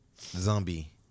zombie